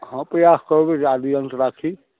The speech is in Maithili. हॅं प्रयास करबै जे आदि अन्त राखी